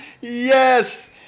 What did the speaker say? Yes